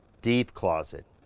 deep closet.